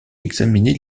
examiner